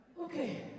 Okay